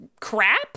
crap